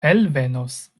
elvenos